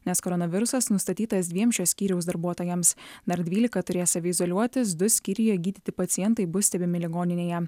nes koronavirusas nustatytas dviem šio skyriaus darbuotojams dar dvylika turės izoliuotis du skyriuje gydyti pacientai bus stebimi ligoninėje